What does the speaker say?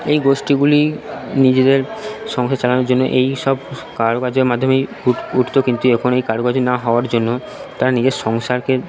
এই গোষ্ঠীগুলি নিজেদের সংসার চালানোর জন্য এই সব কারুকার্যের মাধ্যমেই উঠতো কিন্তু এখন এই কারুকার্য না হওয়ার জন্য তার নিজের সংসারকে